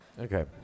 Okay